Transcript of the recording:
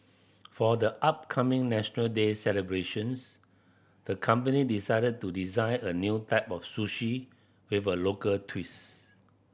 for the upcoming National Day celebrations the company decided to design a new type of sushi with a local twist